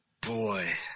Boy